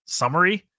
summary